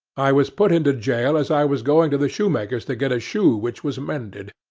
i was put into jail as i was going to the shoemaker's to get a shoe which was mended.